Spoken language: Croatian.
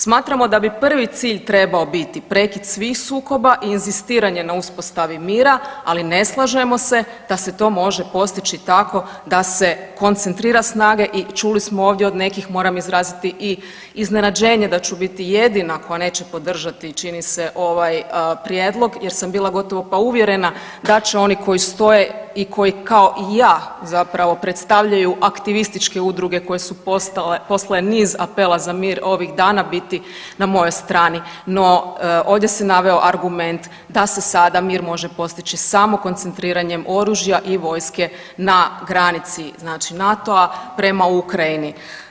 Smatramo da bi prvi cilj trebao biti prekid svih sukoba i inzistiranje na uspostavi mira, ali ne slažemo se da se to može postići tako da se koncentrira snage i čuli smo ovdje od nekih, moram izraziti i iznenađenje da ću biti jedina koja neće podržati čini se ovaj prijedlog jer sam bila gotovo pa uvjerena da će oni koji stoje i koji kao i ja zapravo predstavljaju aktivističke udruge koje su postale, poslale niz apela za mir ovih dana biti na mojoj strani, no ovdje se naveo argument da se sada mir može postići samo koncentriranjem oružja i vojske na granici, znači NATO-a prema Ukrajini.